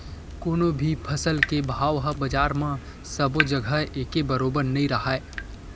कोनो भी फसल के भाव ह बजार म सबो जघा एके बरोबर नइ राहय